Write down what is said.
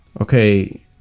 okay